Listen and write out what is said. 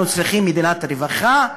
אנחנו צריכים מדינת רווחה.